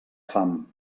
fam